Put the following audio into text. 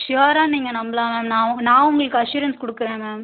ஸ்யோராக நீங்கள் நம்பலாம் மேம் நான் நான் உங்களுக்கு அஷ்ஷுரன்ஸ் கொடுக்குறேன் மேம்